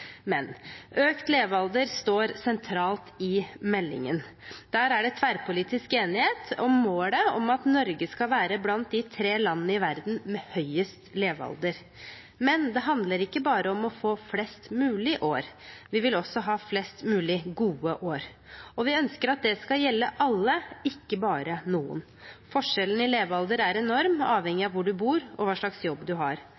Men det handler ikke bare om å få flest mulig år, vi vil også ha flest mulig gode år. Og vi ønsker at det skal gjelde alle, ikke bare noen. Forskjellen i levealder er enorm, avhengig av hvor du bor, og hva slags jobb du har.